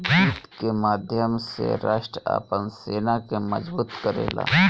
वित्त के माध्यम से राष्ट्र आपन सेना के मजबूत करेला